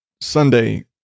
Sunday